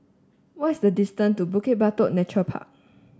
what is the distance to Bukit Batok Nature Park